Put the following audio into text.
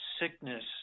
sickness